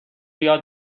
یاد